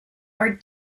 are